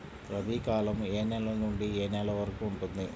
రబీ కాలం ఏ నెల నుండి ఏ నెల వరకు ఉంటుంది?